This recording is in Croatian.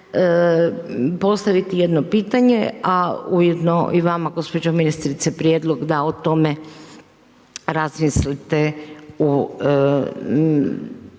postaviti jedno pitanje a ujedno i vama gospođo ministrice, prijedlog da o tome razmislite u